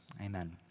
Amen